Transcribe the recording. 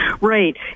Right